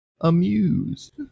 amused